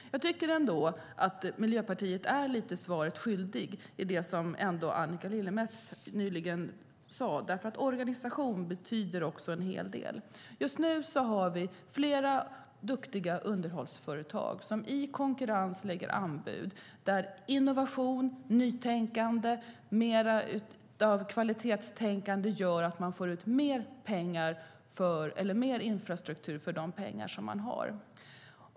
Jag tycker ändå att Miljöpartiet är lite svaret skyldigt i det Annika Lillemets nyligen sade, för organisation betyder en hel del. Just nu har vi flera duktiga underhållsföretag som i konkurrens lägger anbud där innovation, nytänkande och mer av kvalitetstänkande gör att man får ut mer infrastruktur för de pengar man har.